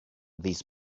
these